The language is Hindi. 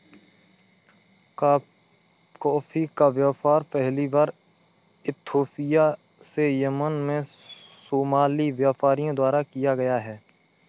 कॉफी का व्यापार पहली बार इथोपिया से यमन में सोमाली व्यापारियों द्वारा किया गया